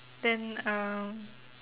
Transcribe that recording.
then um